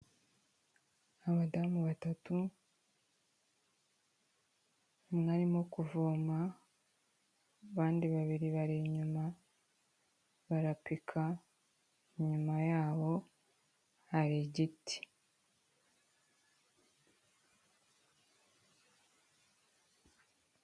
Abadamu batatu, umwe arimo kuvoma, abandi babiri bari inyuma barapika, inyuma yabo hari igiti.